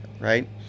right